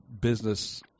business